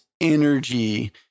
energy